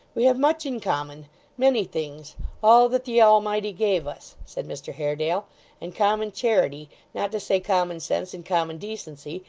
we have much in common many things all that the almighty gave us said mr haredale and common charity, not to say common sense and common decency,